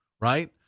right